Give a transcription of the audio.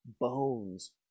bones